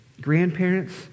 Grandparents